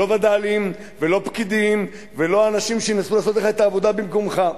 לא וד"לים ולא פקידים ולא אנשים שינסו לעשות לך את העבודה במקומך,